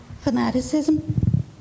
fanaticism